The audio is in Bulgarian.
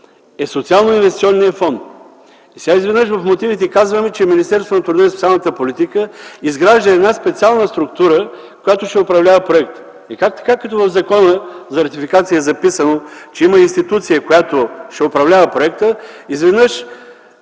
е Социалноинвестиционният фонд. Сега изведнъж в мотивите казваме, че Министерството на труда и социалната политика изгражда специална структура, която ще управлява проекта. Как така, като в Закона за ратификация е записано, че има институция, която ще управлява проекта, изведнъж